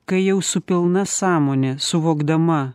kai jau su pilna sąmone suvokdama